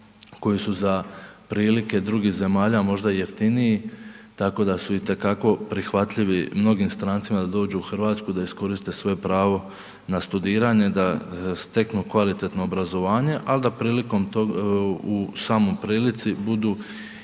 koji su za prilike drugih zemalja možda i jeftiniji, tako da su itekako prihvatljivi mnogim strancima da dođu u Hrvatsku, da iskoriste svoje pravo na studiranje, da steknu kvalitetno obrazovanje, ali da prilikom tog, u samoj prilici budu